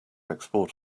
export